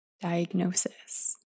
diagnosis